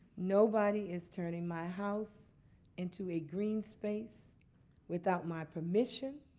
nobody is turning my house into a green space without my permission,